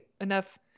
enough